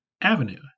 Avenue